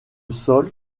sol